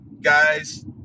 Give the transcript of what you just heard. guys